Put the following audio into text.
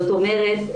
זאת אומרת,